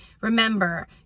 Remember